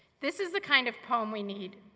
this is the kind of poem we need.